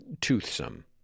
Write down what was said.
toothsome